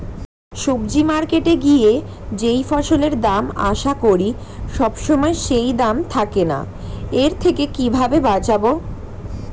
সবজি মার্কেটে গিয়ে যেই ফসলের দাম আশা করি সবসময় সেই দাম থাকে না এর থেকে কিভাবে বাঁচাবো?